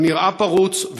הוא נראה פרוץ,